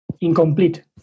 incomplete